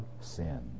sin